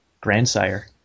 grandsire